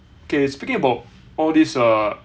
okay speaking about all these uh